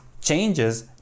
changes